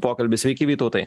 pokalbį sveiki vytautai